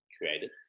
created